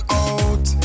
out